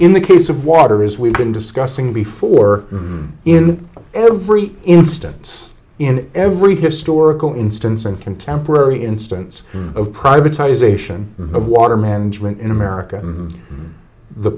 in the case of water is we've been discussing before in every instance in every historical instance in contemporary instance of privatisation of water management in america